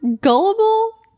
gullible